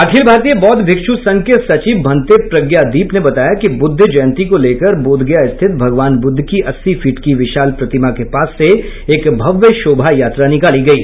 अखिल भारतीय बौद्ध भिक्षु संघ के सचिव भंते प्रज्ञादीप ने बताया कि बुद्ध जयंती को लेकर बोधगया स्थित भगवान बुद्ध की अस्सी फीट की विशाल प्रतिमा के पास से एक भव्य शोभायात्रा निकाली गयी